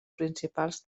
principals